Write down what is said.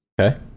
Okay